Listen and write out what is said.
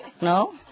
No